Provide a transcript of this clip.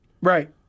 Right